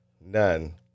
None